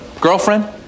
Girlfriend